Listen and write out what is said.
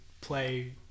play